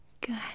good